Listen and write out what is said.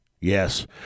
Yes